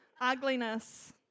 Ugliness